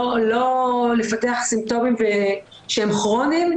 לא לפתח סימפטומים שהם כרוניים,